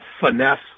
finesse